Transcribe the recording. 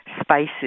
spices